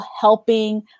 helping